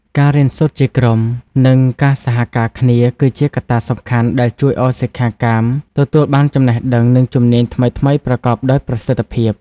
ការរៀនសូត្រជាក្រុម និងការសហការគ្នា គឺជាកត្តាសំខាន់ដែលជួយឲ្យសិក្ខាកាមទទួលបានចំណេះដឹង និងជំនាញថ្មីៗប្រកបដោយប្រសិទ្ធភាព។